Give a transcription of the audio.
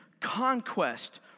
conquest